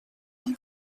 amb